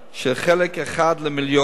של חלק אחד למיליון,